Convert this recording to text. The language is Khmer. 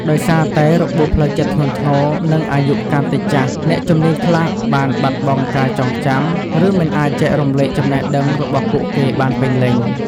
ដោយសារតែរបួសផ្លូវចិត្តធ្ងន់ធ្ងរ និងអាយុកាន់តែចាស់ អ្នកជំនាញខ្លះបានបាត់បង់ការចងចាំ ឬមិនអាចចែករំលែកចំណេះដឹងរបស់ពួកគេបានពេញលេញ។